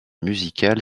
musicale